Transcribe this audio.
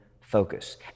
focus